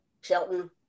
Shelton